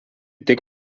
tik